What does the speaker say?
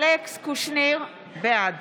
בעד יואב קיש, נגד גלעד קריב, בעד